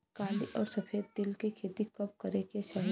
काली अउर सफेद तिल के खेती कब करे के चाही?